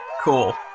cool